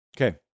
Okay